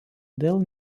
dėl